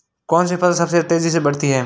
कौनसी फसल सबसे तेज़ी से बढ़ती है?